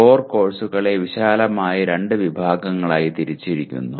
core കോഴ്സുകളെ വിശാലമായി രണ്ട് വിഭാഗങ്ങളായി തിരിച്ചിരിക്കുന്നു